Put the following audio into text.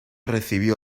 recibió